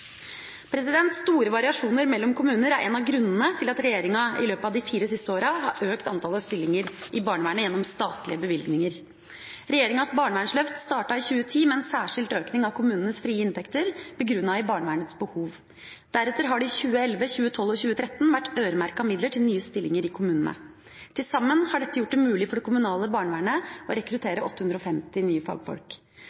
Store variasjoner mellom kommunene er en av grunnene til at regjeringa i løpet av de siste fire årene har økt antallet stillinger i barnevernet gjennom statlige bevilgninger. Regjeringas barnevernsløft startet i 2010 med en særskilt økning av kommunenes frie inntekter begrunnet i barnevernets behov. Deretter har det i 2011, 2012 og 2013 vært øremerka midler til nye stillinger i kommunene. Til sammen har dette gjort det mulig for det kommunale barnevernet å